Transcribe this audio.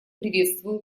приветствую